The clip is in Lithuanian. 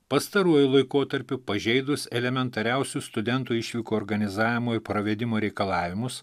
pastaruoju laikotarpiu pažeidus elementariausių studentų išvykų organizavimo pravedimo reikalavimus